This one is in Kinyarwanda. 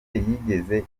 yigeze